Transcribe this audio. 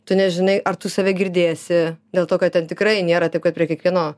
tu nežinai ar tu save girdėsi dėl to kad ten tikrai nėra taip kad prie kiekvieno